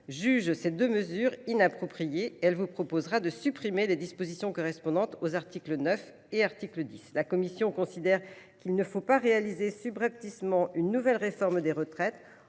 que ces deux mesures sont inappropriées : c’est pourquoi elle vous proposera de supprimer les dispositions correspondantes aux articles 9 et 10. La commission considère, d’une part, qu’il ne faut pas réaliser subrepticement une nouvelle réforme des retraites